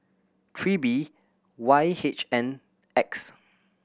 three B Y H N X